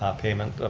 payment,